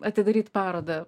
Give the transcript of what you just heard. atidaryt parodą